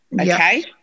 Okay